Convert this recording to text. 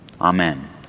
Amen